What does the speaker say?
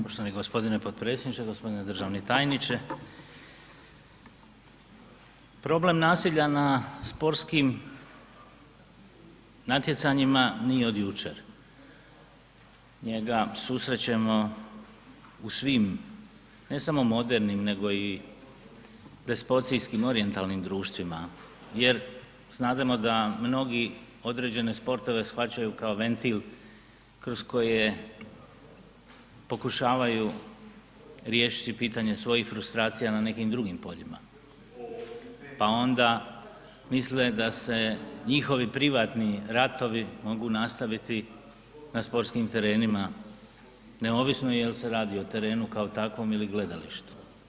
Poštovani g. potpredsjedniče, g. državni tajniče, problem nasilja na sportskim natjecanjima nije od jučer, njega susrećemo u svim, ne samo modernim nego i despocijskim orijentalnim društvima jer znademo da mnogi određene sportove shvaćaju kao ventil kroz koje pokušavaju riješiti pitanje svojih frustracija na nekim drugim poljima, pa onda misle da se njihovi privatni ratovi mogu nastaviti na sportskim terenima neovisno jel se radi o terenu kao takvom ili gledalištu.